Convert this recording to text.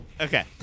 okay